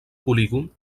polígon